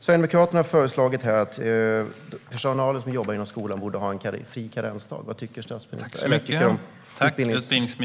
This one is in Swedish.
Sverigedemokraterna har föreslagit att karensdagen ska slopas för skolpersonal. Vad tycker utbildningsministern?